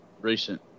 recent